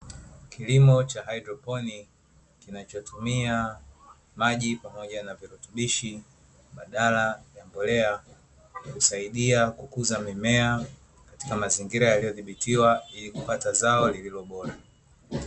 Kilimo cha haidroponi kinachotumia maji pamoja na virutubishi badala ya mbolea, inayosaidia kukuza mimea katika mazingira yaliyodhibitiwa ili kupata zao lililo bora.